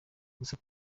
gusa